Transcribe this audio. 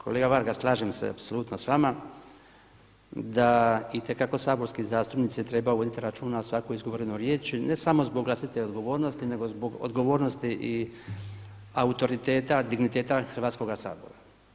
Kolega Varga slažem se apsolutno s vama da itekako saborski zastupnik treba voditi računa o svakoj izgovornoj riječi ne samo zbog vlastite odgovornosti, nego zbog odgovornosti i autoriteta, digniteta Hrvatskoga sabora.